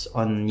on